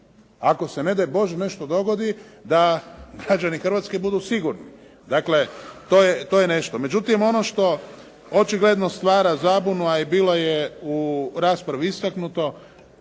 Ako se ne daj Bože nešto dogodi da građani Hrvatske budu sigurni. Dakle, to je nešto. Međutim, ono što očigledno stvara zabunu, a i bilo je u raspravi istaknuto,